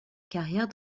carrière